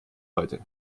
heute